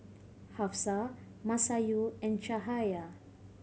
Hafsa Masayu and Cahaya